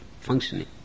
functioning